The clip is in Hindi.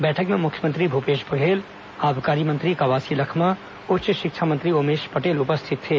बैठक में मुख्यमंत्री भूपेश बघेल आबकारी मंत्री कवासी लखमा उच्च शिक्षा मंत्री उमेश पटेल उपस्थित थे